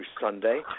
Sunday